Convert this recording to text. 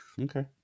Okay